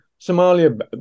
Somalia